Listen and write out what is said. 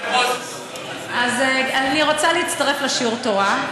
אני רוצה להצטרף לשיעור תורה,